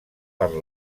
per